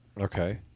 Okay